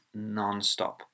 nonstop